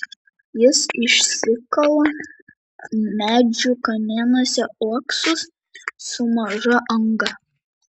jis išsikala medžių kamienuose uoksus su maža anga